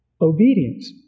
obedience